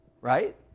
right